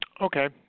Okay